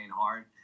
hard